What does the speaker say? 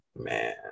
man